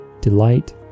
delight